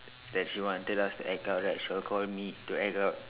that she wanted us to act out right she will call me to act out